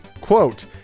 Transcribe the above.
quote